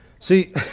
See